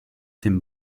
tym